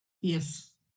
Yes